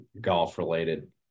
Golf-related